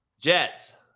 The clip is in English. Jets